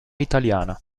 italiana